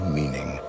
meaning